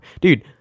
dude